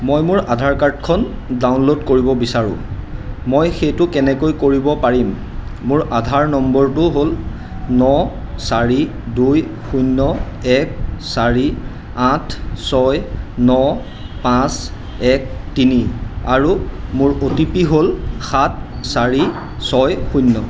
মই মোৰ আধাৰ কাৰ্ডখন ডাউনলোড কৰিব বিচাৰোঁ মই সেইটো কেনেকৈ কৰিব পাৰিম মোৰ আধাৰ নম্বৰটো হ'ল ন চাৰি দুই শূন্য় এক চাৰি আঠ ছয় ন পাঁচ এক তিনি আৰু মোৰ অ'টিপি হ'ল সাত চাৰি ছয় শূন্য়